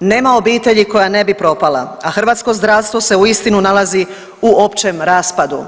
nema obitelji koja ne bi propala, a hrvatsko zdravstvo se uistinu nalazi u općem raspadu.